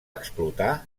explotar